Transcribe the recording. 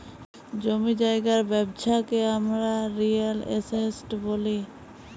জমি জায়গার ব্যবচ্ছা কে হামরা রিয়েল এস্টেট ব্যলি